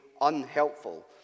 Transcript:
unhelpful